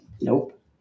Nope